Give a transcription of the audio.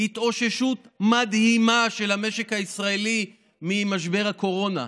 התאוששות מדהימה של המשק הישראלי ממשבר הקורונה,